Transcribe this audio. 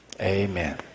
amen